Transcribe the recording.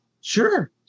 sure